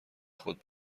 خود